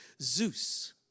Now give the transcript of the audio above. Zeus